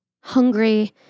Hungry